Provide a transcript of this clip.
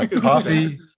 Coffee